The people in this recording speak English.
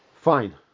Fine